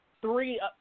three